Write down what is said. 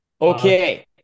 Okay